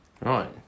right